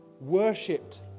worshipped